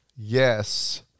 Yes